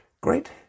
great